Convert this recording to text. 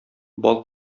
бал